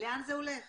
לאן זה הולך?